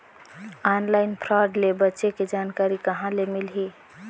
Online fraud ले बचे के जानकारी कहां ले मिलही?